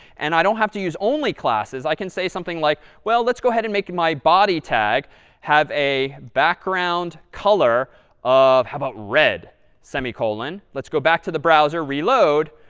and i don't have to use only classes. i can say something like, well, let's go ahead and make my body tag have a background color of how about red semicolon? let's go back to the browser, reload.